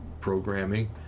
programming